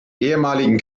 ehemaligen